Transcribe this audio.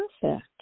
Perfect